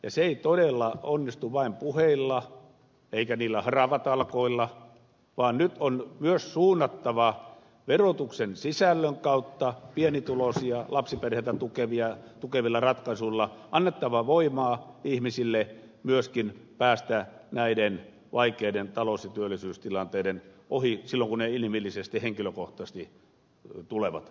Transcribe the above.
se ei todella onnistu vain puheilla eikä niillä haravatalkoilla vaan nyt on myös suunnattava apua verotuksen sisällön kautta pienituloisia lapsiperheitä tukevilla ratkaisuilla annettava voimaa ihmisille myöskin päästä näiden vaikeiden talous ja työllisyystilanteiden ohi silloin kun ne inhimillisesti ja henkilökohtaisesti tulevat esille